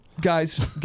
guys